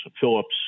Phillips